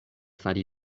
fari